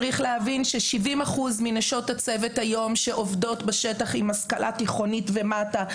צריך להבין ש-70% מנשות הצוות היום שעובדות בשטח עם השכלה תיכונית ומטה.